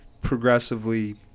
progressively